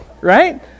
right